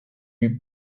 eut